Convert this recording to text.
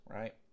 right